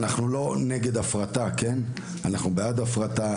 אנחנו לא נגד הפרטה, אנחנו בעד הפרטה.